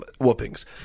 whoopings